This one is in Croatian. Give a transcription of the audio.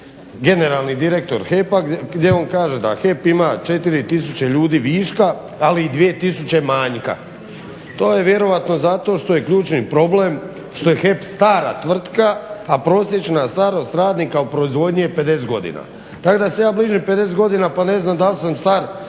generalni direktor HEP-a gdje on kaže da HEP ima 4000 ljudi viška ali i 2000 manjka. To je vjerojatno zato što je ključni problem što je HEP stara tvrtka, a prosječna starost radnika u proizvodnji je 50 godina. Tako da se ja bližim 50 godina pa ne znam dal' sam star